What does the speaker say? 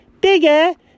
bigger